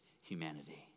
humanity